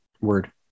word